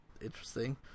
interesting